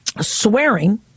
swearing